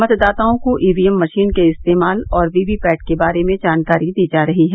मतदाताओं को EVM machine के इस्तेमाल और वीवीपैट के बारे में जानकारी दी जा रही है